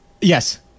Yes